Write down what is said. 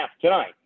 tonight